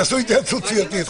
תעשו התייעצות סיעתית.